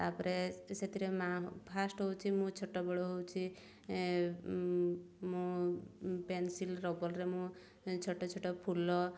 ତାପରେ ସେଥିରେ ମା ଫାର୍ଷ୍ଟ୍ ହେଉଛି ମୁଁ ଛୋଟବେଳୁ ହେଉଛି ମୁଁ ପେନ୍ସିଲ୍ ରବର୍ରେ ମୁଁ ଛୋଟ ଛୋଟ ଫୁଲ